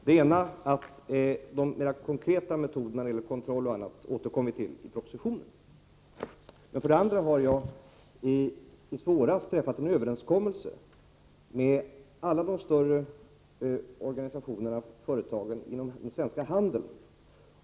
Fru talman! Jag har två saker att säga när det gäller lök. Det ena är att vi återkommer i propositionen till de mera konkreta metoderna när det gäller kontroll. Det andra är att jag i somras träffade en överenskommelse med samtliga stora organisationer och företag inom den svenska handeln.